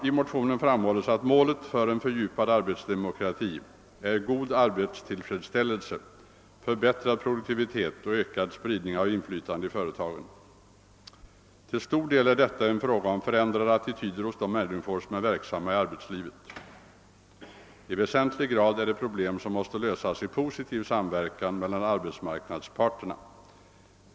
I motionen framhålles att målet för en fördjupad arbetsdemokrati är god arbetstillfredsställelse, förbättrad produktivitet och ökad spridning av inflytandet i företagen. Till stor del är detta en fråga om förändrade attityder hos de människor som är verksamma i arbetslivet. I väsentlig grad är det problem som måste lösas i positiv samverkan meilan arbetsmarknadens parter.